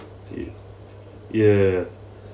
ye~ ya